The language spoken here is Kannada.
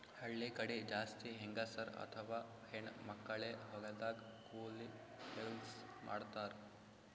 ಹಳ್ಳಿ ಕಡಿ ಜಾಸ್ತಿ ಹೆಂಗಸರ್ ಅಥವಾ ಹೆಣ್ಣ್ ಮಕ್ಕಳೇ ಹೊಲದಾಗ್ ಕೂಲಿ ಕೆಲ್ಸ್ ಮಾಡ್ತಾರ್